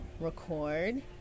record